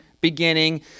beginning